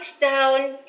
down